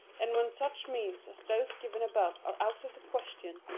and when such means as those given above are out of the question,